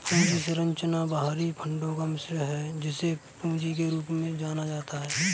पूंजी संरचना बाहरी फंडों का मिश्रण है, जिसे पूंजी के रूप में जाना जाता है